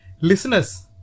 listeners